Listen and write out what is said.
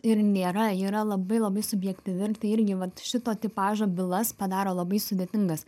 ir nėra yra labai labai subjektyvi ir tai irgi vat šito tipažo bylas padaro labai sudėtingas